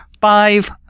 Five